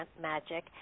magic